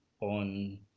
on